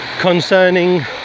concerning